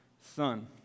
son